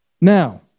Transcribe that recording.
Now